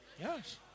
Yes